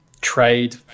trade